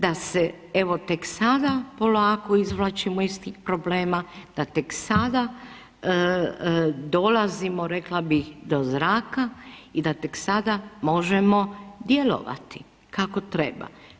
Da se evo tek sada polako izvlačimo iz tih problema, da tek sada dolazimo, rekla bih do zraka i da tek sada možemo djelovati kako treba.